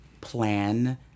plan